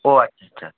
ওহ আচ্ছা